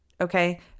okay